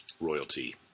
royalty